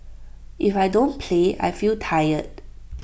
if I don't play I feel tired